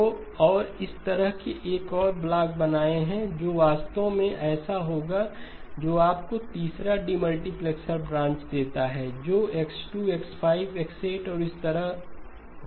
तो और इसी तरह एक और ब्लॉक बनाएं जो वास्तव में ऐसा होगा जो आपको तीसरा डीमल्टीप्लेक्सर ब्रांच देता है जो X2X5X8और इसी तरह होगा